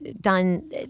done